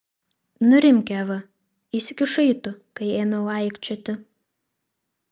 nurimk eva įsikišai tu kai ėmiau aikčioti